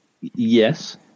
yes